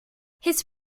his